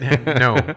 No